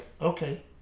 Okay